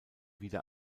wieder